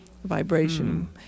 Vibration